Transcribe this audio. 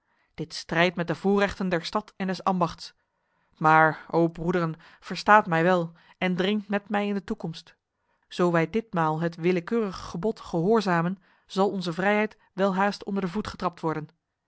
dit strijdt met de voorrechten der stad en des ambachts maar o broederen verstaat mij wel en dringt met mij in de toekomst zo wij ditmaal het willekeurig gebod gehoorzamen zal onze vrijheid welhaast onder de voet getrapt worden